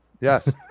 Yes